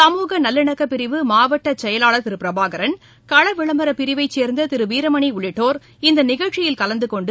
சமூக நல்லிணக்கப் பிரிவு மாவட்ட செயலாளர் திரு பிரபாகரன் கள விளம்பர பிரிவை சேர்ந்த திரு வீரமணி உள்ளிட்டோர் இந்த நிகழ்ச்சியில் கலந்து கொண்டு